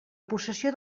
possessió